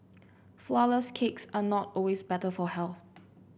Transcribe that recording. flourless cakes are not always better for health